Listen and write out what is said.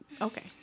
Okay